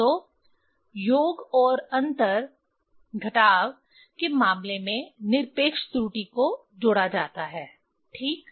तो योग और अंतर घटाव के मामले में निरपेक्ष त्रुटि को जोड़ा जाता है ठीक